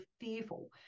fearful